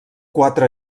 quatre